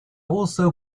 also